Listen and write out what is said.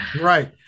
Right